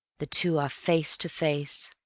the two are face to face.